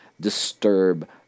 disturb